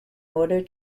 order